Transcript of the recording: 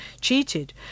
cheated